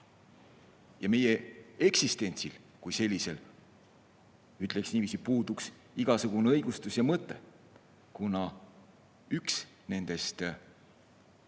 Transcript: ja meie eksistentsil kui sellisel, ütleks niiviisi, puuduks igasugune õigustus ja mõte, kuna üks nendest